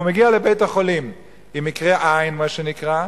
אם הוא מגיע לבית-החולים עם מקרה עין, מה שנקרא,